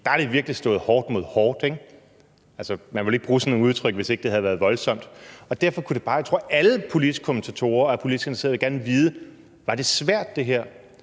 at man da virkelig har stået hårdt mod hårdt. Man ville ikke bruge sådan et udtryk, hvis ikke det havde været voldsomt. Derfor tror jeg, at alle politiske kommentatorer og alle politisk interesserede gerne vil vide, om det her